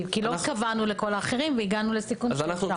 כי לא התכוונו לכל האחרים והגענו לסיכום שאפשר.